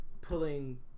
pulling